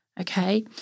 Okay